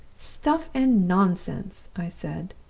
stuff and nonsense i said.